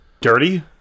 Dirty